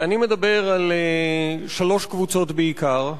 אני מדבר על שלוש קבוצות בעיקר: